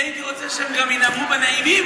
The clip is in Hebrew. אני הייתי רוצה שהם גם ינאמו בנעימים,